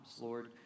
Lord